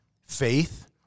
faith